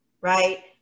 right